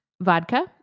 vodka